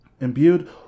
imbued